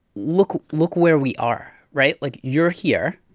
look look where we are, right? like, you're here.